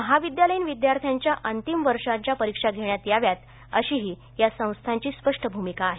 महाविद्यालयीन विद्यार्थ्यांच्या अंतिम वर्षाच्या परीक्षा घेण्यात याव्यात अशीही या संस्थांची स्पष्ट भूमिका आहे